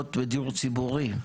לדירות בדיור ציבורי,